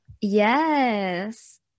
Yes